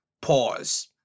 Pause